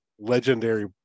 legendary